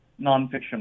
nonfiction